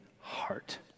heart